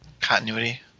Continuity